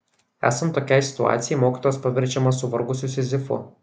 esant tokiai situacijai mokytojas paverčiamas suvargusiu sizifu